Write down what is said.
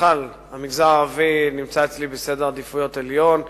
ובכלל המגזר הערבי נמצא אצלי בעדיפות עליונה.